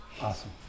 Awesome